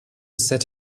set